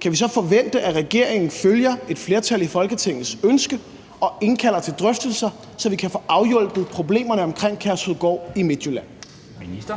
kan vi så forvente, at regeringen følger et flertal i Folketingets ønske og indkalder til drøftelser, så vi kan få afhjulpet problemerne omkring Kærshovedgård i Midtjylland? Kl.